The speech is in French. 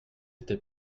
était